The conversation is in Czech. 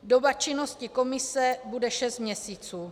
Doba činnosti komise bude 6 měsíců.